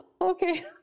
okay